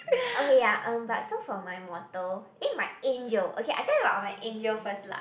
okay ya um but so for my mortal eh my angel okay I tell you about my angel first lah